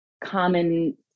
common